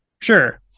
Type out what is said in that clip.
Sure